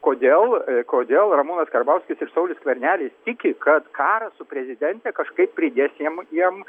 kodėl kodėl ramūnas karbauskis ir saulius skvernelis tiki kad karas su prezidente kažkaip pridės jiem jiem